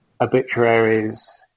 obituaries